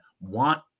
want